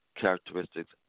characteristics